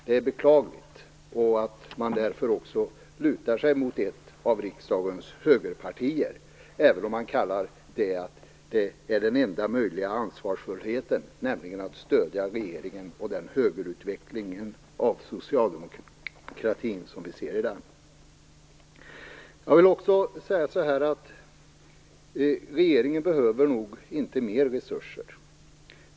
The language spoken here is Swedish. Det är beklagligt att man därför också lutar sig mot ett av riksdagens högerpartier - även om man kallar det för den enda möjliga ansvarsfullheten att stödja regeringen och den högerutveckling av socialdemokratin som vi ser i den. Jag vill också säga att regeringen nog inte behöver mer resurser.